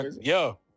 Yo